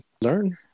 learn